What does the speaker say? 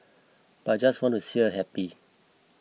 but I just wanted to see her happy